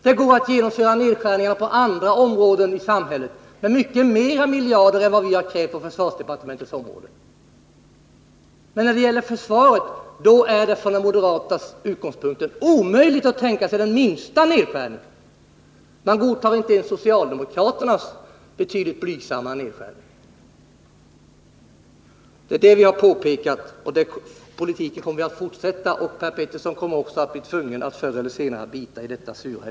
Det går att genomföra nedskärningar på andra områden i samhället med många fler miljarder än vad vi krävt på försvarsområdet. Men när det gäller försvaret är det från moderaternas utgångspunkter omöjligt att tänka sig den minsta nedskärning. Man godtar inte ens socialdemokraternas betydligt blygsammare nedskärningar. Det är detta vi har påpekat. Den politiken kommer vi att fortsätta, och Per Petersson kommer också förr eller senare att bli tvungen att bita i det sura